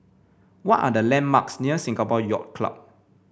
what are the landmarks near Singapore Yacht Club